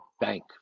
bank